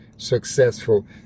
successful